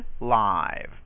live